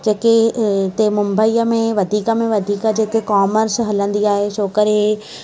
जेके हिते मुंबईअ में वधीक में वधीक जेके कॉमर्स हलंदी आहे छो करे